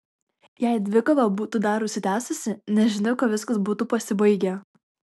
jei dvikova būtų dar užsitęsusi nežinia kuo viskas būtų pasibaigę